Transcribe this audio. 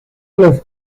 los